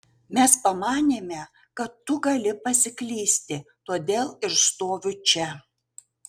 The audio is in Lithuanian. mes pamanėme kad tu gali pasiklysti todėl ir stoviu čia